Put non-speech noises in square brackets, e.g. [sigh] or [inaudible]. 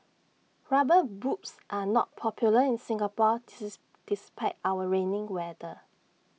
rubber boots are not popular in Singapore [unintelligible] despite our rainy weather